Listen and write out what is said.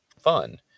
fun